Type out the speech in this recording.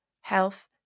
health